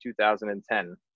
2010